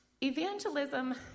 evangelism